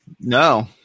No